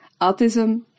autism